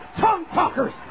tongue-talkers